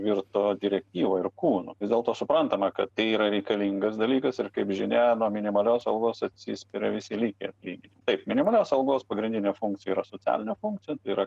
virto direktyva ir kūnu vis dėlto suprantama kad tai yra reikalingas dalykas ir kaip žinia nuo minimalios algos atsispiria visi likę lygiai taip minimalios algos pagrindinė funkcija yra socialinė funkcija yra